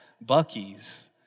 Bucky's